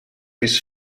his